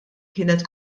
kienet